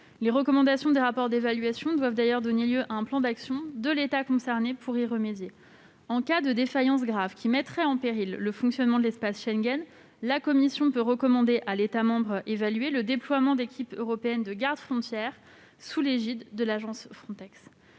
Les recommandations des rapports d'évaluation doivent d'ailleurs donner lieu à un plan d'action de l'État concerné pour y remédier. En cas de défaillance grave, qui mettrait en péril le fonctionnement de l'espace Schengen, la Commission européenne peut recommander à l'État membre évalué le déploiement d'équipes européennes de garde-frontières sous l'égide de l'agence Frontex.